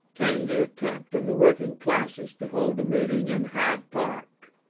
came the attempt of the working classes to hold a meeting in hyde park,